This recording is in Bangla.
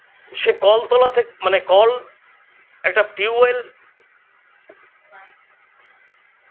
সে কলতলা থেক মানে কল একটা টিউবয়েল